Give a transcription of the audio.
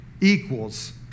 equals